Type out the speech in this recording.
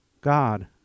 God